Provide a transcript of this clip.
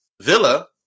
Villa